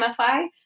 MFI